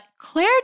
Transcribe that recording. Claire